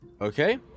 Okay